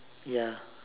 ya